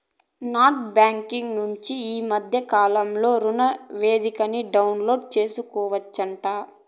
net banking నుంచి ఈ మద్దె కాలంలో రుణనివేదికని డౌన్లోడు సేసుకోవచ్చంట